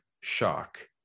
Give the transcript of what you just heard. shock